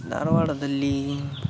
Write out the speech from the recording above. ಧಾರವಾಡದಲ್ಲಿ